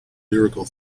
lyrical